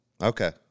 okay